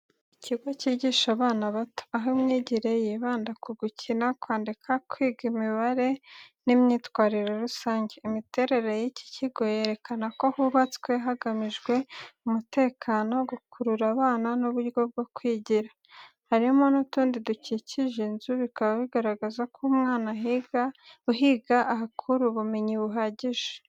Ikigo cyigisha abana bato, aho imyigire yibanda ku gukina, kwandika, kwiga imibare n’imyitwarire rusange. Imiterere y’iki kigo yerekana ko hubatswe hagamijwe umutekano, gukurura abana n’uburyo bwo kwigira. Harimo n’utundi dukikije inzu, bikaba bigaragaza ko umwana uhiga ahakura ubumenyi buhagije.